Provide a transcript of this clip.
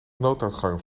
nooduitgangen